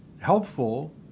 helpful